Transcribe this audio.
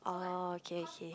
oh okay okay